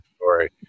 story